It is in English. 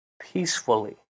peacefully